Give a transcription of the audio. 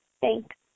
Thanks